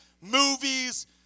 movies